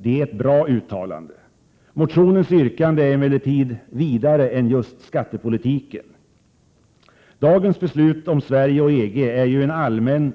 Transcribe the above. Det är ett bra uttalande. Motionens yrkande är emellertid vidare och gäller mer än just skattepolitiken. Dagens beslut om Sverige och EG är ju en allmän